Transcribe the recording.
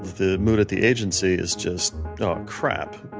the mood at the agency is just oh crap.